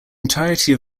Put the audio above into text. entirety